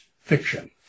fiction